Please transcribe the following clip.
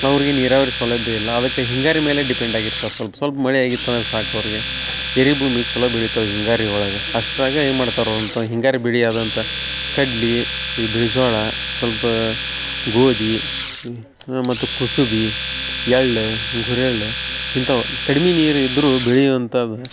ಅವ್ರ್ಗೆ ನೀರಾವರಿ ಸೌಲಭ್ಯ ಇಲ್ಲ ಅದಕ್ಕೆ ಹಿಂಗಾರು ಮೇಲೆ ಡಿಪೆಂಡ್ ಆಗಿರ್ತಾರೆ ಸೊಲ್ಪ ಸೊಲ್ಪ ಮಳೆ ಆಗಿತ್ತಂದ್ರ ಸಾಕು ಅವ್ರ್ಗೆ ಎರಿ ಭೂಮಿ ಚಲೋ ಬೆಳಿತವು ಹಿಂಗಾರು ಒಳಗೆ ಅಷ್ಟ್ರಾಗ ಏನು ಮಾಡ್ತಾರ ಅವ್ರ ಅಂತ ಹಿಂಗಾರಿ ಬೆಳೆ ಅದಂತ ಕಡ್ಲಿ ಈ ಬಿಳಿ ಜ್ವಾಳ ಸೊಲ್ಪ ಗೋದಿ ಮತ್ತು ಕುಸುಬಿ ಎಳ್ ಗುರೆಳ್ ಇಂತಾವ ಕಡ್ಮಿ ನೀರು ಇದ್ದರೂ ಬೆಳೆಯೊ ಅಂಥಾದ್